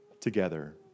together